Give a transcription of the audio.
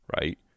Right